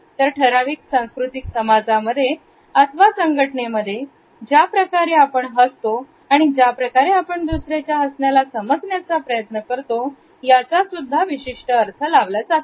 तर ठराविक सांस्कृतिक समाजामध्ये अथवा संस्थेमध्ये ज्या प्रकारे आपण हसतो आणि ज्या प्रकारे आपण दुसऱ्याचा हसण्याला समजण्याचा प्रयत्न करतो याचा विशिष्ट अर्थ असतो